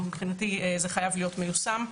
מבחינתי זה חייב להיות מיושם.